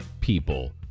people